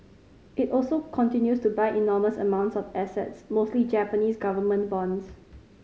it also continues to buy enormous amounts of assets mostly Japanese government bonds